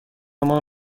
مان